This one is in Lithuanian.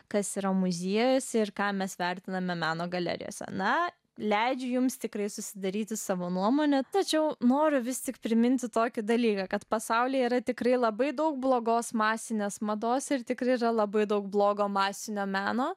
kas yra muziejuose ir ką mes vertiname meno galerijose na leidžiu jums tikrai susidaryti savo nuomonę tačiau noriu visiems priminti tokį dalyką kad pasaulyje yra tikrai labai daug blogos masinės mados ir tikrai yra labai daug blogo masinio meno